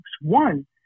One